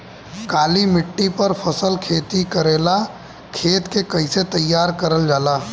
काली मिट्टी पर फसल खेती करेला खेत के कइसे तैयार करल जाला?